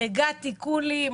הגעתי כולי,